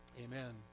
amen